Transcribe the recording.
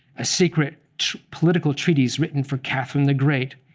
a secret political treatise written for catherine the great,